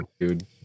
dude